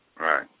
Right